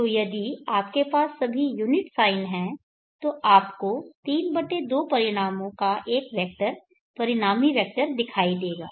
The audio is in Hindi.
तो यदि आपके पास सभी यूनिट साइन हैं तो आपको 32 परिणामों का एक वेक्टर परिणामी वेक्टर दिखाई देगा